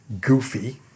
goofy